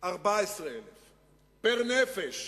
14,000. פר-נפש.